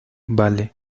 vale